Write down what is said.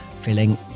feeling